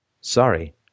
Sorry